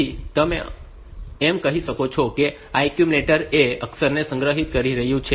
તેથી તમે એમ પણ કહી શકો છો કે આ એક્યુમ્યુલેટર A અક્ષરને સંગ્રહિત કરી રહ્યું છે